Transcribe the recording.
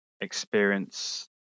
experience